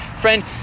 Friend